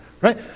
right